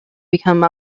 become